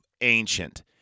ancient